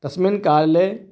तस्मिन् काले